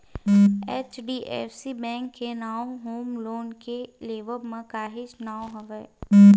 HDFC bank के नांव home loan के लेवब म काहेच नांव हवय